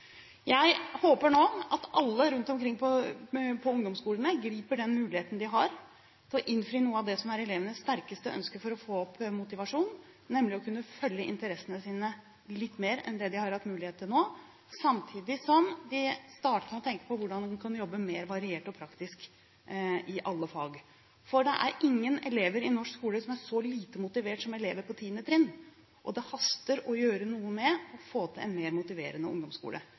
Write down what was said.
Jeg håper nå at alle rundt omkring på ungdomsskolene griper den muligheten de har til å innfri noe av det som er elevenes sterkeste ønske for å få opp motivasjonen, nemlig å kunne følge interessene sine litt mer enn det de har hatt mulighet til til nå, samtidig som de starter med å tenke på hvordan en kan jobbe mer variert og praktisk i alle fag. For det er ingen elever i norsk skole som er så lite motivert som elever på 10. trinn, og det haster å gjøre noe med å få til en mer motiverende ungdomsskole.